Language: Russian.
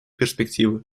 перспективы